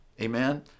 amen